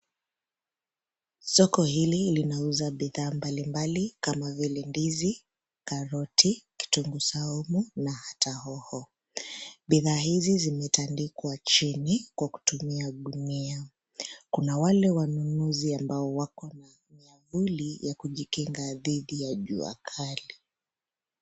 Soko hili linauza bidhaa mbali mbali kama vile: ndizi, karoti, kitunguu saumu na hata hoho. Bidhaa hizi zimetandikwa chini kwa kutumia gunia. Kuna wale wanunuzi ambao wako na miavuli ya kujikinga dhidi ya jua kali.